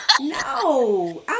No